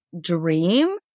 dream